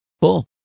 cool